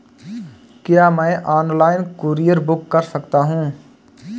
क्या मैं online courier book कर सकता हूँ?